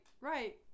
right